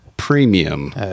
Premium